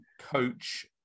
coach